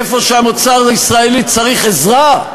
איפה שהמוצר הישראלי צריך עזרה,